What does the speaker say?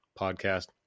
Podcast